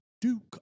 Duke